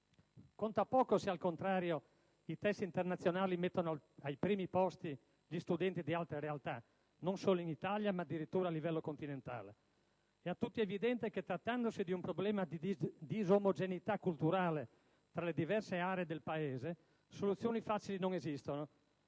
Conta poco se, al contrario, i test internazionali mettono ai primi posti gli studenti di altre realtà, non solo in Italia, ma addirittura a livello continentale. È a tutti evidente che, trattandosi di un problema di disomogeneità culturale tra le diverse aree del Paese, soluzioni facili non esistono.